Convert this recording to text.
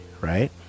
right